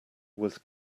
was